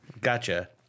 Gotcha